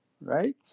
right